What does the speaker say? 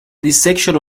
section